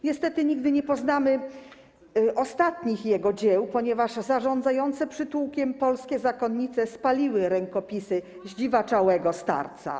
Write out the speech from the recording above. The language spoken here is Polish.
Niestety nigdy nie poznamy ostatnich jego dzieł, ponieważ zarządzające przytułkiem polskie zakonnice spaliły rękopisy zdziwaczałego starca.